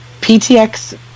PTX